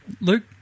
Luke